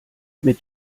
mit